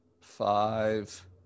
five